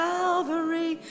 Calvary